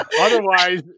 Otherwise